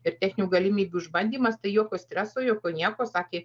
ir techninių galimybių išbandymas tai jokio streso jokio nieko sakė